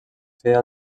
feia